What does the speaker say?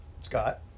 Scott